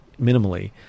minimally